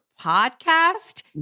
podcast